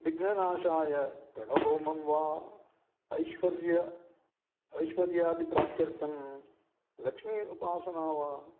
विघ्ननाशाय गणहोमं वा ऐश्वर्य ऐश्वर्यादिप्राप्त्यर्थं लक्ष्मी उपासना वा